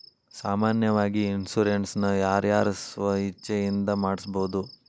ಸಾಮಾನ್ಯಾವಾಗಿ ಇನ್ಸುರೆನ್ಸ್ ನ ಯಾರ್ ಯಾರ್ ಸ್ವ ಇಛ್ಛೆಇಂದಾ ಮಾಡ್ಸಬೊದು?